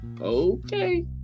Okay